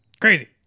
Crazy